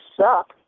suck